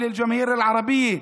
שייצגה את הציבור הערבי,